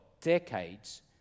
decades